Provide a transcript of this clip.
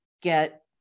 get